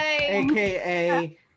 AKA